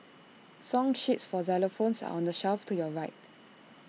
song sheets for xylophones are on the shelf to your right